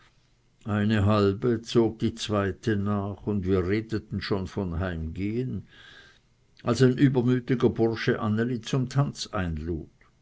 eine halbe zog die zweite nach und wir redeten schon von heimgehen als ein übermütiger bursche anneli zum tanz einlud